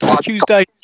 Tuesday